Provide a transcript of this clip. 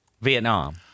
Vietnam